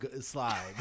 slide